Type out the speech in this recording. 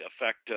affect